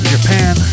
Japan